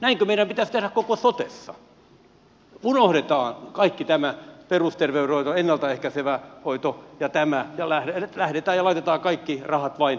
näinkö meidän pitäisi tehdä koko sotessa unohdetaan kaikki perusterveydenhoito ennalta ehkäisevä hoito ja tämä ja lähdetään ja laitetaan kaikki rahat vain tähän kiireelliseen hoitoon